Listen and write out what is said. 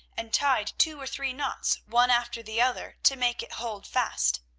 and tied two or three knots one after the other, to make it hold fast.